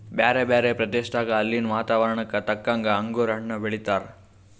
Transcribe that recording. ಬ್ಯಾರೆ ಬ್ಯಾರೆ ಪ್ರದೇಶದಾಗ ಅಲ್ಲಿನ್ ವಾತಾವರಣಕ್ಕ ತಕ್ಕಂಗ್ ಅಂಗುರ್ ಹಣ್ಣ್ ಬೆಳೀತಾರ್